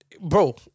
Bro